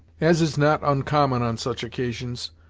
as is not uncommon on such occasions,